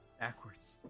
backwards